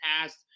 past